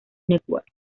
network